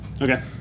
Okay